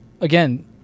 again